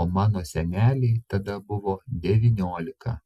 o mano senelei tada buvo devyniolika